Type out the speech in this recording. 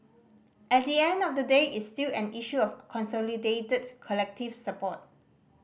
at the end of the day it's still an issue of consolidated collective support